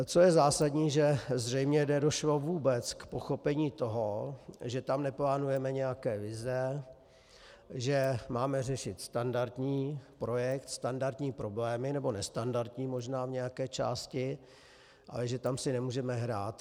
Co je zásadní, že zřejmě nedošlo vůbec k pochopení toho, že tam neplánujeme nějaké vize, že máme řešit standardní projekt, standardní problémy, nebo nestandardní možná v nějaké části, ale že tam si nemůžeme hrát.